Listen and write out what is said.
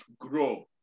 grow